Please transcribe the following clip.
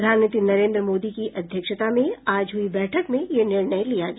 प्रधानमंत्री नरेन्द्र मोदी की अध्यक्षता में आज हुई बैठक में यह निर्णय किया गया